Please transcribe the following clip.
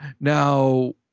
now